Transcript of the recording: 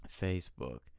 Facebook